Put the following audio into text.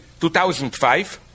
2005